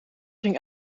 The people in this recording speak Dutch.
ging